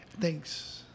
Thanks